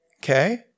Okay